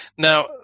Now